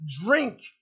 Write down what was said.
drink